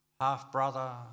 half-brother